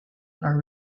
are